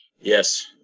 Yes